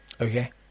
okay